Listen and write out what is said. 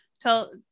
tell